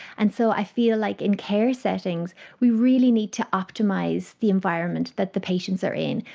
and so i feel like in care settings we really need to optimise the environment that the patients are in.